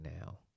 now